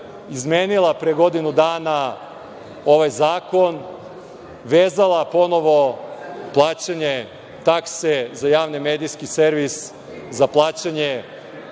izmenila pre godinu dana ovaj zakon vezala ponovo plaćanje takse za javni medijski servis za plaćanje